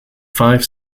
five